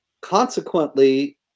Consequently